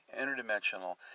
interdimensional